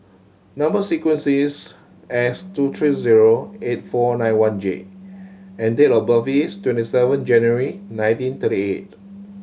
number sequence is S two three zero eight four nine one J and date of birth is twenty seven January nineteen thirty eight